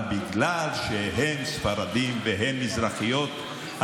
אבל בגלל שהם ספרדים והן מזרחיות,